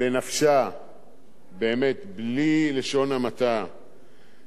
באמת, בלי לשון המעטה של מדינת ישראל.